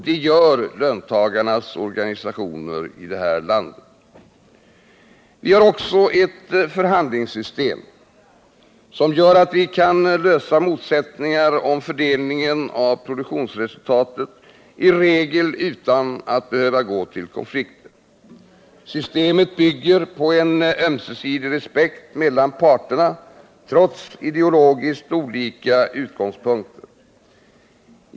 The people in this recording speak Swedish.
Det gör löntagarnas organisationer i det här landet. Vi har också ett förhandlingssystem som gör att vi kan lösa motsättningar av fördelningar av produktionsresultatet i regel utan att behöva gå till konflikter. Systemet bygger på en ömsesidigt respekt mellan parterna trots ideologiskt olika utgångspunkter.